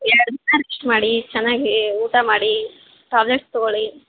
ಎರಡು ದಿನ ರೆಶ್ಟ್ ಮಾಡಿ ಚೆನ್ನಾಗಿ ಊಟ ಮಾಡಿ ಟಾಬ್ಲೆಟ್ಸ್ ತಗೊಳ್ಳಿ